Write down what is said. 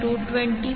87 37